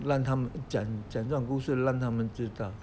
让他们讲讲这种故事让他们知道